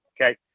okay